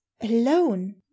alone